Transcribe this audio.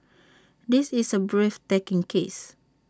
this is A breathtaking case